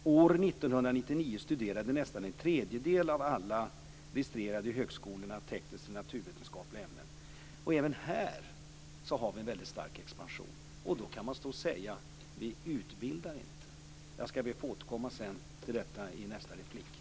År 1999 är det nästan en tredjedel av alla registrerade vid högskolorna som studerar tekniska eller naturvetenskapliga ämnen. Även här har vi en väldigt stark expansion. Hur kan man då stå och säga att vi inte utbildar? Jag skall be att få återkomma till detta i mitt nästa inlägg.